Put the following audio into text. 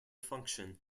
function